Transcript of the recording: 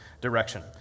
direction